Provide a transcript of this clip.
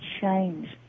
change